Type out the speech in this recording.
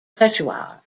peshawar